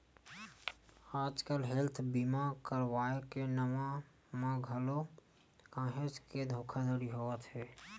आजकल हेल्थ बीमा करवाय के नांव म घलो काहेच के धोखाघड़ी होवत हे